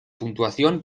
puntuación